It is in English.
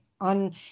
on